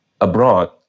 abroad